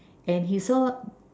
and he saw